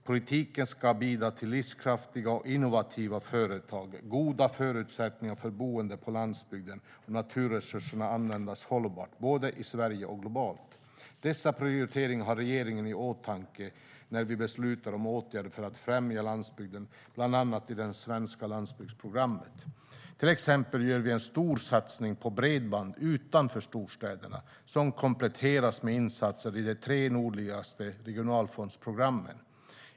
Politiken ska bidra till livskraftiga och innovativa företag, till goda förutsättningar för boende på landsbygden och till att naturresurserna används hållbart, både i Sverige och globalt. Dessa prioriteringar har vi i regeringen i åtanke när vi beslutar om åtgärder för att främja landsbygden, bland annat i det svenska landsbygdsprogrammet. Till exempel gör vi en stor satsning på bredband utanför storstäderna, som kompletteras med insatser i de tre nordliga regionalfondsprogrammen.